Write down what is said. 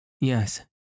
Yes